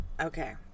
okay